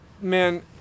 man